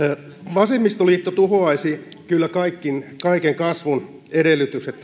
vasemmistoliitto tuhoaisi kyllä kaiken kasvun edellytykset